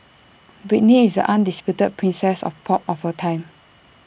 Britney is the undisputed princess of pop of her time